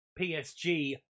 PSG